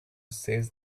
says